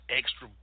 extra